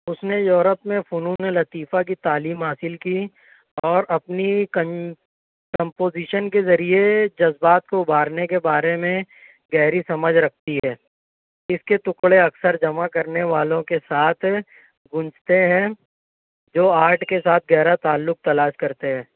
اس نے یورپ میں فنون لطیفہ کی تعلیم حاصل کی اور اپنی کم کمپوژیشن کے ذریعے جذبات کو ابھارنے کے بارے میں گہری سمجھ رکھتی ہے اس کے ٹکڑے اکثر جمع کرنے والوں کے ساتھ گونجتے ہیں جو آرٹ کے ساتھ گہرا تعلق تلاش کرتے ہیں